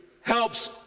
helps